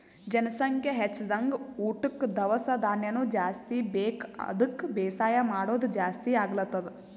ಜನಸಂಖ್ಯಾ ಹೆಚ್ದಂಗ್ ಊಟಕ್ಕ್ ದವಸ ಧಾನ್ಯನು ಜಾಸ್ತಿ ಬೇಕ್ ಅದಕ್ಕ್ ಬೇಸಾಯ್ ಮಾಡೋದ್ ಜಾಸ್ತಿ ಆಗ್ಲತದ್